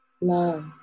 love